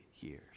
years